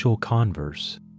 converse